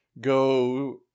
go